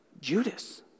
Judas